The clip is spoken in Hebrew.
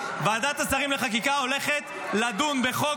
ועדת השרים לחקיקה הולכת לדון בחוק